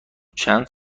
چند